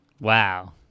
wow